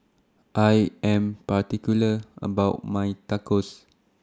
I Am particular about My Tacos